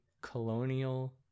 colonial